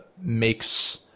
makes